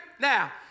Now